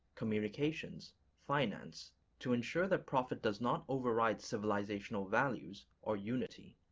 communications, finance to ensure that profit does not override civilizational values or unity.